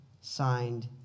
Signed